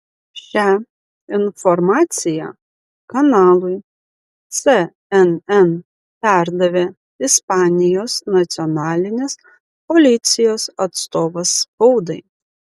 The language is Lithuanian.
šią informaciją kanalui cnn perdavė ispanijos nacionalinės policijos atstovas spaudai